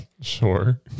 Sure